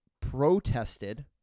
protested